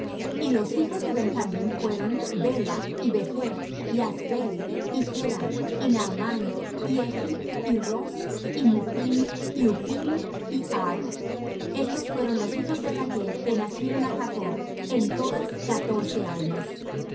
y los hijos de benjamín fueron bela y bechr y asbel y gera y naamán y ehi y ros y muppim y huppim y ard estos fueron los hijos de rachl que nacieron á jacob en todas catorce almas